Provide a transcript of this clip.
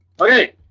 Okay